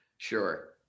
Sure